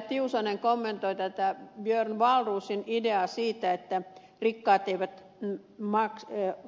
tiusanen kommentoi björn wahlroosin ideaa siitä että rikkaat